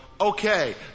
okay